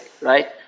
right